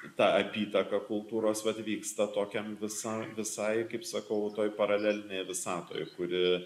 ta apytaka kultūros vat vyksta tokiam visam visai kaip sakau toj paralelinėje visatoje kuri